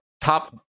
top